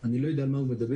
אני לא יודע על מה הוא מדבר.